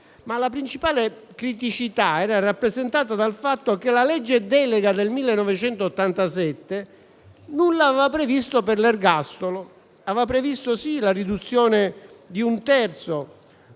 La principale criticità era rappresentata dal fatto che la legge delega n. 81 del 1987 nulla aveva previsto per l'ergastolo. La riduzione di un terzo